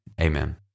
Amen